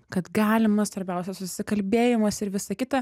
kad galima svarbiausia susikalbėjimas ir visa kita